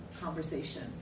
conversation